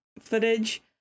footage